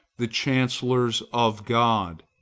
the chancellors of god.